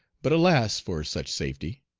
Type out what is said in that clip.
but alas for such safety!